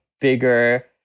bigger